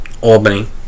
Albany